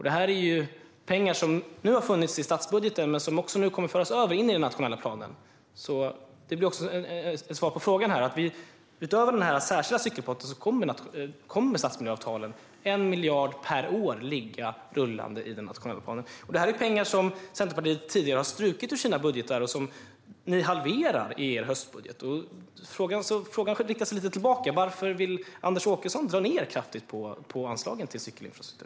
Detta är pengar som har funnits i statsbudgeten men som också nu kommer att föras över in i den nationella planen. Det blir ett svar på frågan, utöver den särskilda cykelpott som kommer med stadsmiljöavtalen och som kommer att ligga rullande med 1 miljard per år i den nationella planen. Detta är pengar som Centerpartiet tidigare har strukit i sina budgetar och som ni halverar i er höstbudget. Frågan riktas därför tillbaka: Varför vill Anders Åkesson kraftigt dra ned på anslagen till cykelinfrastruktur?